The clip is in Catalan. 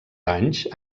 anys